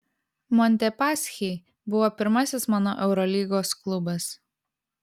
montepaschi buvo pirmasis mano eurolygos klubas